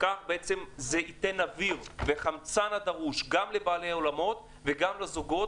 זה ייתן אוויר וחמצן שנדרש גם לבעלי האולמות וגם לזוגות